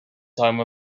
time